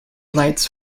lights